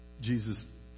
Jesus